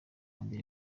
mbere